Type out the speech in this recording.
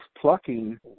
plucking